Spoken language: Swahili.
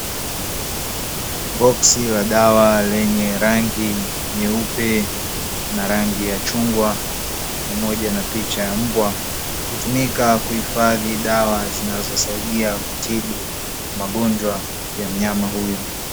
Boksi la dawa lenye rangi nyeupe na rangi ya chungwa, pamoja na picha ya mbwa, hutumika kuhifadhi dawa zinazosaidia kutibu magonjwa ya mnyama huyo.